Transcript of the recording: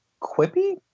quippy